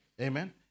Amen